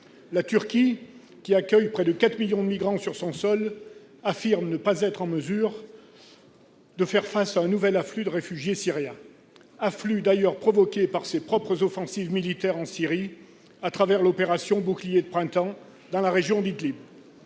La Turquie, qui accueille près de 4 millions de migrants sur son sol, affirme ne pas être en mesure de faire face à un nouvel afflux de réfugiés syriens, afflux provoqué d'ailleurs par ses propres offensives militaires en Syrie, au travers de l'opération « Bouclier de printemps », menée dans la région d'Idlib.